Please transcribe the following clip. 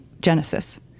Genesis